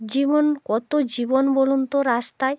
জীবন কত জীবন বলুন তো রাস্তায়